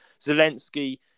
Zelensky